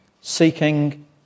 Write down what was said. seeking